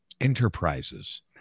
enterprises